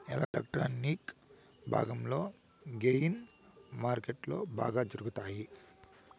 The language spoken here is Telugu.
ఎలక్ట్రానిక్ భాగంలోని గెయిన్ మార్కెట్లో బాగా జరుగుతాయి